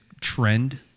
trend